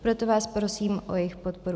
Proto vás prosím o jejich podporu.